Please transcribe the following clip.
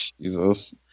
Jesus